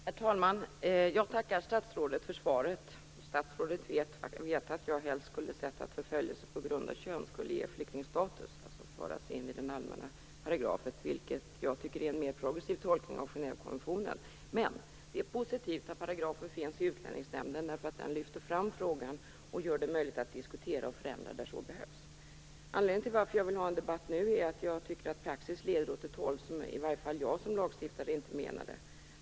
Herr talman! Jag tackar statsrådet för svaret. Statsrådet vet att jag helst skulle sett att förföljelse på grund av kön skulle ge flyktingstatus, alltså föras in i den allmänna paragrafen, vilket jag tycker är en mer progressiv tolkning av Genèvekonventionen. Men det är positivt att paragrafen finns i utlänningslagen, därför att den lyfter fram frågan och gör det möjligt att diskutera och förändra där så behövs. Anledningen till att jag vill ha en debatt nu är att jag tycker att praxis leder åt ett håll som i varje fall jag som lagstiftare inte menade.